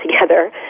together